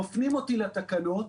מפנים אותי לתקנות.